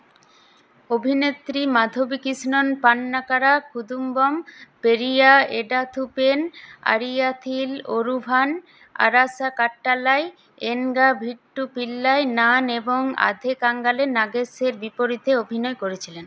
অভিনেত্রী মাধবী কৃষ্ণন পান্না কারা কুদুম্বা পেরিয়া এডাথু পেন আয়িরথিল ওরুভান আরাসা কাট্টালাই এনগা ভিট্টু পিল্লাই নান এবং আধে কাঙ্গালে নাগেশের বিপরীতে অভিনয় করেছিলেন